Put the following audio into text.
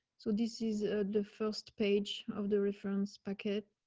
so this is ah the first page of the reference packet